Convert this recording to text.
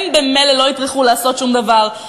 הם ממילא לא יטרחו לעשות שום דבר.